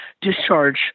discharge